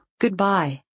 Goodbye